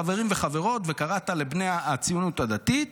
חברים וחברות וקראת לבני הציונות הדתית